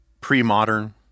pre-modern